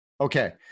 okay